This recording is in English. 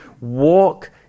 walk